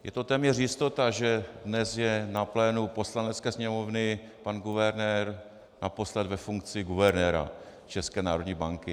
Je to téměř jistota, že dnes je na plénu Poslanecké sněmovny pan guvernér naposled ve funkci guvernéra České národní banky.